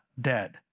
dead